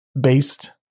based